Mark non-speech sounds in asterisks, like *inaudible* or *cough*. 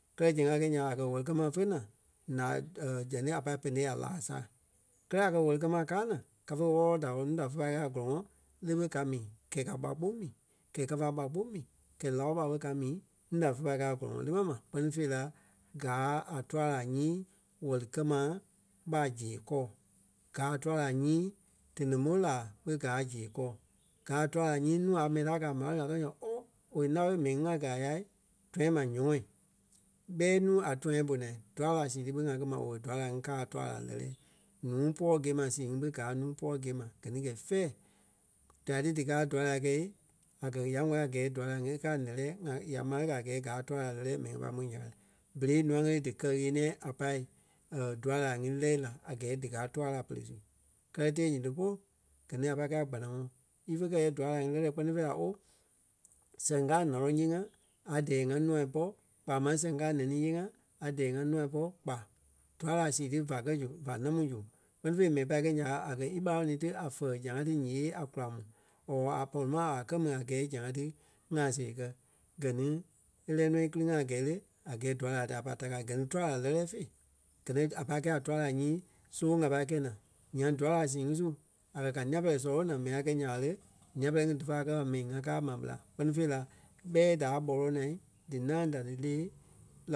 kɛlɛ zɛŋ a kɛ̀ nya ɓa a kɛ̀ wɛli-kɛ-ma fé naa ǹaa *hesitation* zɛŋ ti a pâi pene a laa saa. Kɛ́lɛ a kɛ̀ wɛli-kɛ-ma káa ŋaŋ kafe wɔ́lɔ-wɔlɔ da wɔlɔ núu da fé pâi kɛ̂i a gɔ́lɔŋɔɔ le ɓe ka mi gɛ́i ka ɓá kpoŋ mii gɛ́i kafa ɓá kpoŋ mii gɛ́i láo ɓá ɓe ka mii núu fé pâi kɛi a gɔ́lɔŋɔɔ le mɛni ma kpɛ́ni fêi la gáa a túa laa nyii wɛli-kɛ́-ma ɓa zeɣe kɔ. Gáa a túa láa nyii téniŋ-ɓo láa ɓé gaa zeɣe kɔ. Gáa a tua láa nyii nuu a mɛni ta kɛ́ marâa nuu a kɛ̀ yɛ oo owei naoi mɛni ŋí ŋa gɛ́ a ya tɔ̃yâ ma nyɔmɔɔ. ɓɛi nuu a tɔ̃yâ mó naa dua láa sii ti ɓé ŋa kɛ́ ma owei dua láa ŋí káa a tua láa lɛ́lɛɛ. Nuu pɔɔ gîe ma sii ŋí ɓé gáa nuu pɔɔ gîe ma. Gɛ ni gɛ́i fɛ̂ɛ dia dí díkaa dua láa kɛi a kɛ̀ ya wɛli a gɛɛ dua láa ŋí í káa a ǹɛ́lɛɛ ŋí- ya ḿare kɛ́ a gɛɛ gáa a tua laa lɛ́lɛɛ mɛni ŋai pâi môi nya ya ka ti. Berei ǹûai ŋi ni dí kɛ-ɣeniɛi a pâi *hesitation* dua láa ŋí lɛ́ la a gɛɛ díkaa tua láa pere su. Kɛ́lɛ tee nyiti polu gɛ ni a pai kɛ̂i a kpanaŋɔɔi. Ífe kɛ yɛɛ dua láa ŋí lɛ́lɛɛ kpɛ́ni fêi la ooo sɛŋ káa ǹâloŋ yée-ŋa a dɛɛ ŋa nûa pɔ́ kpaa máŋ sɛŋ káa nɛnî yée-ŋa a dɛɛ ŋai nûa pɔ́ kpa. Dua láa sii ti va kɛ̀ zu vá namu zu kpɛ́ni fêi mɛni pai kɛi nya ɓa a kɛ̀ ímarâa nuu ti a fɛɣɛ zãa ti ǹyêei a kula ma or a pɔri nɔ a kɛ́ ma a gɛɛ í zãa ti ŋaa see kɛ̀. Gɛ ni e lɛ́ɛ nɔ íkili-ŋa a gɛɛ le? A gɛɛ dua láa ta a pai taka. Gɛ ni tua láa lɛ́lɛɛ féi gɛ ni a pai kɛ̂i a dua láa nyii sõŋ a pai kɛi naa. Nyaŋ dua láa sii ŋí su a kɛ̀ ka nìa pɛ́lɛɛ sɔlɔ ɓo naa mɛni a kɛ̀ nya ɓa le? Nîa pɛ́lɛɛ ŋí d́ífa kɛ a mɛni na káa ma ɓela kpɛ́ni fêi la ɓɛi da kpɔloŋ naa dí ǹâŋ da dí lée